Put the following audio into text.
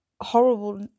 horrible